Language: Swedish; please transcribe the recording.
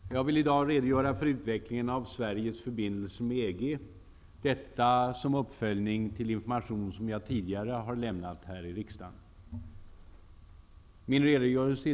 Fru talman! Jag vill i dag redogöra för utvecklingen av Sveriges förbindelse med EG -- detta som en uppföljning till den information som jag tidigare lämnat här i riksdagen.